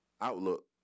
outlook